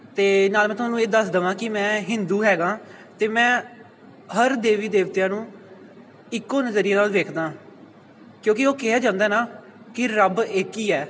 ਅਤੇ ਨਾਲੇ ਮੈਂ ਤੁਹਾਨੂੰ ਇਹ ਦੱਸ ਦੇਵਾਂ ਕਿ ਮੈਂ ਹਿੰਦੂ ਹੈਗਾ ਅਤੇ ਮੈਂ ਹਰ ਦੇਵੀ ਦੇਵਤਿਆਂ ਨੂੰ ਇੱਕੋ ਨਜ਼ਰੀਏ ਨਾਲ ਵੇਖਦਾ ਕਿਉਂਕਿ ਉਹ ਕਿਹਾ ਜਾਂਦਾ ਨਾ ਕਿ ਰੱਬ ਇੱਕ ਹੀ ਹੈ